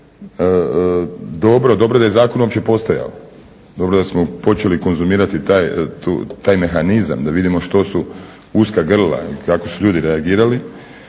dobro je da je zakon uopće postojao. Dobro da smo počeli konzumirati taj mehanizam da vidimo što su uska grla i kako su ljudi reagirali